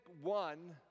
one